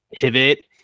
pivot